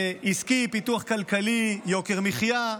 עסקי, פיתוח כלכלי, יוקר מחיה.